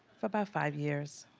for about five years.